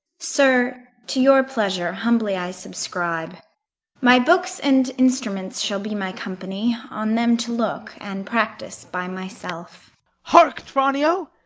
sir, to your pleasure humbly i subscribe my books and instruments shall be my company, on them to look, and practise by myself hark, tranio!